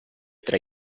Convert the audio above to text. tra